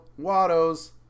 Watto's